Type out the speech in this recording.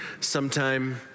sometime